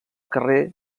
carrer